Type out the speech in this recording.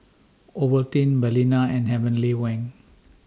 Ovaltine Balina and Heavenly Wang